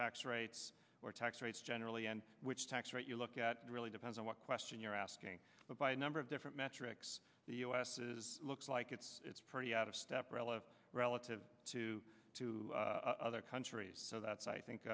tax rates or tax rates generally and which tax rate you look at really depends on what question you're asking but by a number of different metrics the u s is looks like it's pretty out of step relative relative to two other countries so that's i think